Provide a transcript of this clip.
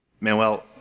manuel